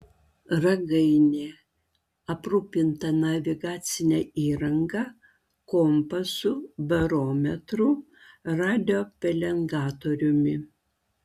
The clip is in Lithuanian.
ragainė aprūpinta navigacine įranga kompasu barometru radiopelengatoriumi